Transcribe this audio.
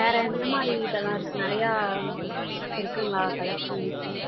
வேறு எந்தமாதிரி இதெல்லாம் இருக்குது நிறையா இருக்குதுங்களா கலெக்க்ஷன்ஸு